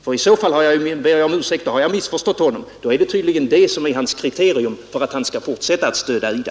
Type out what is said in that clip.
I så fall ber jag om ursäkt, då har jag missförstått honom, då är det tydligen det som är hans kriterium för att fortsätta att stödja IDA.